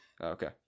Okay